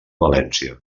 valència